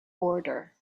order